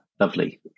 Lovely